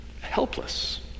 helpless